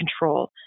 control